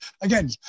again